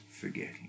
forgetting